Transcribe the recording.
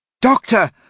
Doctor